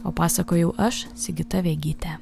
o pasakojau aš sigita vegytė